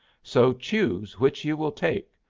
so choose which you will take,